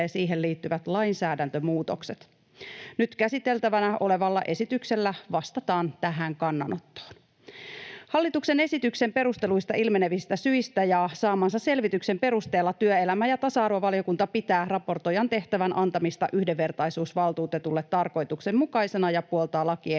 siihen liittyvät lainsäädäntömuutokset. Nyt käsiteltävänä olevalla esityksellä vastataan tähän kannanottoon. Hallituksen esityksen perusteluista ilmenevistä syistä ja saamansa selvityksen perusteella työelämä- ja tasa-arvovaliokunta pitää raportoijan tehtävän antamista yhdenvertaisuusvaltuutetulle tarkoituksenmukaisena ja puoltaa lakiehdotuksen